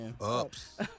Ups